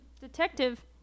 detective